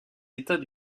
états